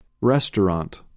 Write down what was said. Restaurant